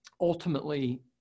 ultimately